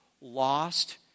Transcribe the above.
Lost